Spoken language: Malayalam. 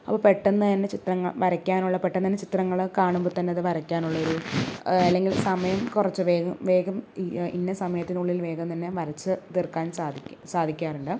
അപ്പോൾ പെട്ടെന്നു തന്നെ ചിത്രങ്ങൾ വരക്കാനുള്ള പെട്ടെന്നു തന്നെ ചിത്രങ്ങൾ കാണുമ്പോൾ തന്നെ അത് വരയ്ക്കാൻ ഉള്ളൊരു അല്ലെങ്കിൽ സമയം കുറച്ച് വേഗം വേഗം ഇന്ന സമയത്തിനുള്ളിൽ വേഗം തന്നെ വരച്ച് തീർക്കാൻ സാധിക്കും സാധിക്കാറുണ്ട്